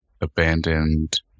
Abandoned